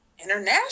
International